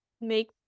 make